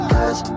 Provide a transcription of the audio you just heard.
Cause